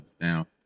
now